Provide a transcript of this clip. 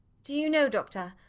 do you know, doctor,